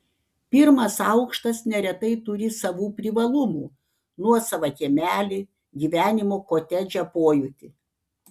pirmas aukštas neretai turi savų privalumų nuosavą kiemelį gyvenimo kotedže pojūtį